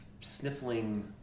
sniffling